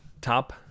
Top